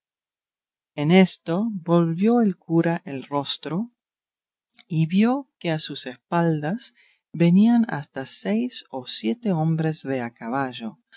en esto volvió el cura el rostro y vio que a sus espaldas venían hasta seis o siete hombres de a caballo